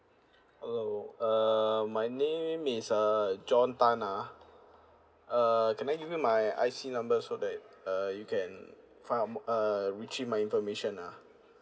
hello uh my name is uh john tan ah uh can I give you my I_C number so that uh you can find my err reaching my information ah